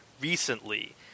recently